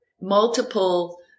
multiple